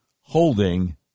holding